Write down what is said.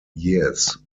years